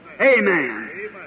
Amen